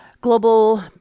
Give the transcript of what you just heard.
global